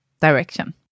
direction